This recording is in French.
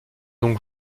donc